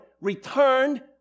returned